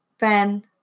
Ben